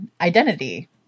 identity